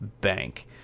bank